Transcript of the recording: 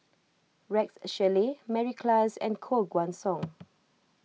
Rex Shelley Mary Klass and Koh Guan Song